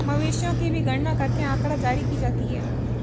मवेशियों की भी गणना करके आँकड़ा जारी की जाती है